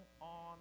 on